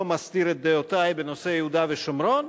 לא מסתיר את דעותי בנושא יהודה ושומרון,